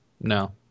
No